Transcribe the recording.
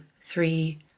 three